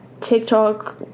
TikTok